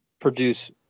produce